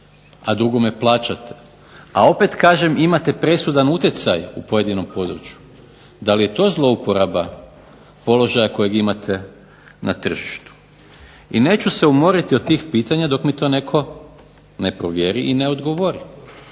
a drugome plaćate, a opet kažem imate presudan utjecaj u pojedinom području, da li je to zlouporaba položaja kojeg imate na tržištu. I neću se umoriti od tih pitanja dok mi to netko ne provjeri i ne odgovori.